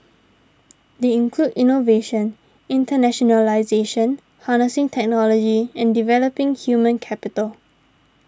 they include innovation internationalisation harnessing technology and developing human capital